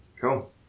Cool